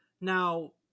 Now